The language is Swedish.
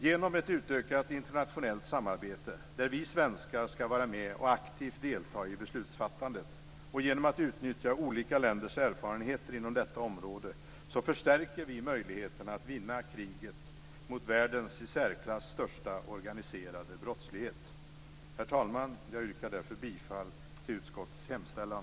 Genom ett utökat internationellt samarbete där vi svenskar skall vara med och aktivt delta i beslutsfattandet och genom att utnyttja olika länders erfarenheter inom detta område, förstärker vi möjligheterna att vinna kriget mot världens i särklass största organiserade brottslighet. Herr talman! Jag yrkar därför bifall till utskottets hemställan.